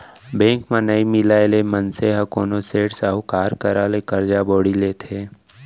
bank म नइ मिलय ले मनसे ह कोनो सेठ, साहूकार करा ले करजा बोड़ी लेथे